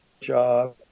job